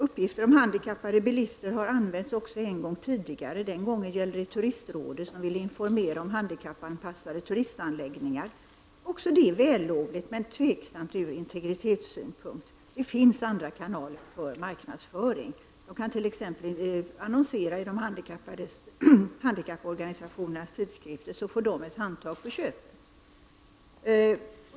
Uppgifter om handikappade bilister har använts en gång tidigare. Den gången ville turistrådet informera om handikappanpassade turistanläggningar. Det är också vällovligt, men tveksamt ur integritetssynpunkt. Det finns andra kanaler för marknadsföring. Man kan t.ex. annonsera i handikapporganisationernas tidskrifter, så får de ett handtag på köpet.